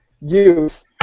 youth